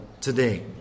today